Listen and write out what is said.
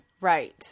right